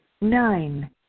Nine